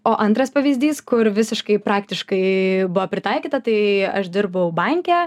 o antras pavyzdys kur visiškai praktiškai buvo pritaikyta tai aš dirbau banke